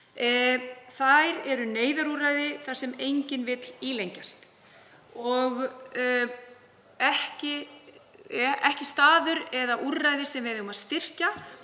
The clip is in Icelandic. Þær eru neyðarúrræði og þar sem enginn vill ílengjast. Þær eru ekki staður eða úrræði sem við eigum að styrkja